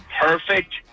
perfect